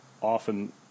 often